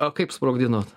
o kaip sprogdinot